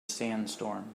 sandstorm